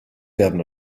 werden